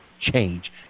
change